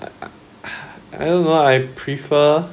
I I don't know I prefer